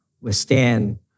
withstand